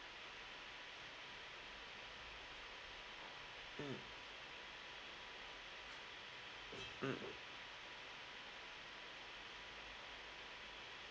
mm